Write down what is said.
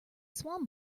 swan